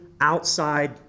outside